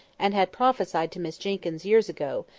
and had prophesied to miss jenkyns years ago,